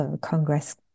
Congress